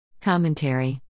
Commentary